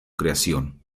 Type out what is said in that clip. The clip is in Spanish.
creación